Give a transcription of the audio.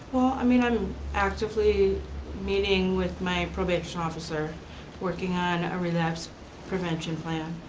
i mean i'm actively meeting with my probation officer working on a relapse prevention plan,